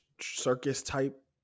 circus-type